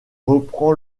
reprend